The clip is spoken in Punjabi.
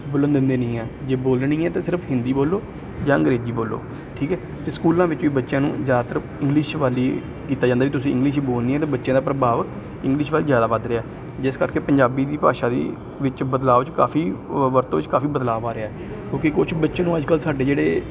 ਬੋਲਣ ਦਿੰਦੇ ਨਹੀਂ ਹਾਂ ਜੇ ਬੋਲਣੀ ਹੈ ਤਾਂ ਸਿਰਫ ਹਿੰਦੀ ਬੋਲੋ ਜਾਂ ਅੰਗਰੇਜ਼ੀ ਬੋਲੋ ਠੀਕ ਹੈ ਅਤੇ ਸਕੂਲਾਂ ਵਿੱਚ ਵੀ ਬੱਚਿਆਂ ਨੂੰ ਜ਼ਿਆਦਾਤਰ ਇੰਗਲਿਸ਼ ਵੱਲ ਹੀ ਕੀਤਾ ਜਾਂਦਾ ਵੀ ਤੁਸੀਂ ਇੰਗਲਿਸ਼ ਹੀ ਬੋਲਣੀ ਹੈ ਅਤੇ ਬੱਚਿਆਂ ਦਾ ਪ੍ਰਭਾਵ ਇੰਗਲਿਸ਼ ਵੱਲ ਜ਼ਿਆਦਾ ਵੱਧ ਰਿਹਾ ਜਿਸ ਕਰਕੇ ਪੰਜਾਬੀ ਦੀ ਭਾਸ਼ਾ ਦੀ ਵਿੱਚ ਬਦਲਾਓ 'ਚ ਕਾਫੀ ਵ ਵਰਤੋਂ 'ਚ ਕਾਫੀ ਬਦਲਾਅ ਆ ਰਿਹਾ ਕਿਉਂਕਿ ਕੁਛ ਬੱਚੇ ਨੂੰ ਅੱਜ ਕੱਲ੍ਹ ਸਾਡੇ ਜਿਹੜੇ